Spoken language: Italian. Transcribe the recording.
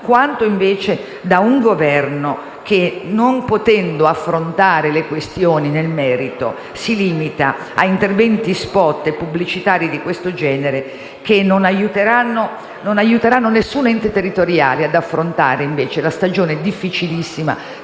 quanto invece da un Governo che, non potendo affrontare le questioni nel merito, si limita a interventi *spot* e pubblicitari di questo genere, che non aiuteranno alcun ente territoriale ad affrontare la stagione difficilissima